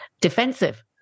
Defensive